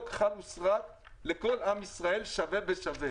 כחל וסרק לכל עם ישראל שווה ושווה.